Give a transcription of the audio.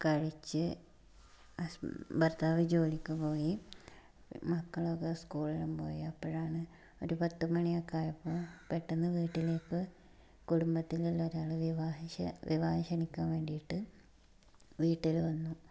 കഴിച്ച് ഹസ് ഭർത്താവ് ജോലിക്ക് പോയി മക്കളൊക്കെ സ്കൂളിലും പോയി അപ്പോഴാണ് ഒരു പത്തു മണിയൊക്കെ ആയപ്പോൾ പെട്ടെന്നു വീട്ടിലേക്ക് കുടുംബത്തിലുള്ള ഒരാൾ വിവാഹം ക്ഷെ വിവാഹം ക്ഷണിക്കാൻ വേണ്ടിയിട്ട് വീട്ടിൽ വന്നു